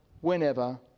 whenever